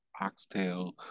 oxtail